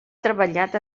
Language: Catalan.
treballat